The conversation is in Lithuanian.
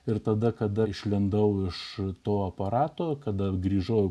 ir tada kada išlindau iš to aparato kada grįžau